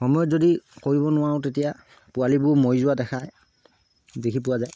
সময়ত যদি কৰিব নোৱাৰোঁ তেতিয়া পোৱালিবোৰ মৰি যোৱা দেখাই দেখি পোৱা যায়